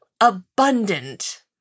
abundant